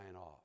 off